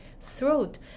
throat